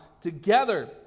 together